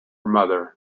mother